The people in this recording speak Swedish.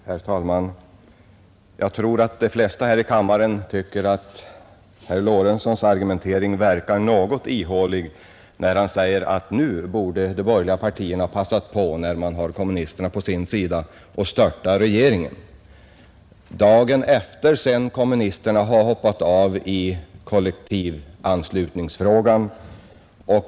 Herr talman! Jag tror att de flesta här i kammaren tycker att herr Lorentzons argumentering verkar något ihålig när han säger att nu borde de borgerliga partierna passa på, när man kan få kommunisterna på sin sida, och störta regeringen — dagen efter det kommunisterna har hoppat av i kollektivanslutningsfrågan.